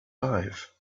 life